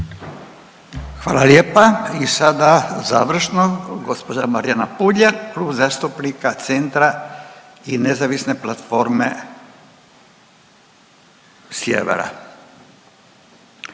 Hvala lijepa. I sada završno gospođa Marijana Puljak, Klub zastupnika CENTRA i nezavisne platforme Sjevera.